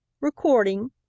Recording